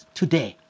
today